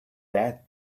dead